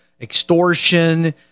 extortion